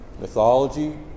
mythology